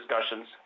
discussions